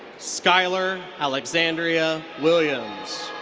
skylar alexandria williams.